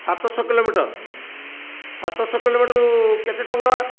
ସାତ ଶହ କିଲୋମିଟର ସାତ ଶହ କିଲୋମିଟର କେତେ ଟଙ୍କା